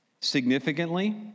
significantly